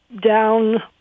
down